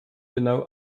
genau